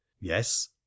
yes